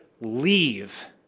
leave